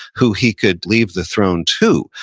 who he could leave the throne to.